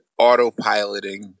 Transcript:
autopiloting